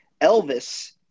Elvis